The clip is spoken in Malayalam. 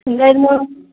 എന്തായിരുന്നു